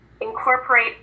incorporate